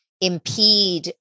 impede